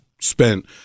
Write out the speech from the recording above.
spent